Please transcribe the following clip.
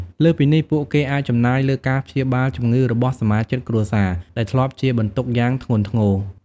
លើសពីនេះ ពួកគេអាចចំណាយលើការព្យាបាលជំងឺរបស់សមាជិកគ្រួសារ ដែលធ្លាប់ជាបន្ទុកយ៉ាងធ្ងន់ធ្ងរ។